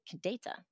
data